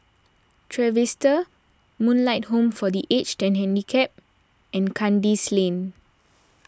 Trevista Moonlight Home for the Aged and Handicapped and Kandis Lane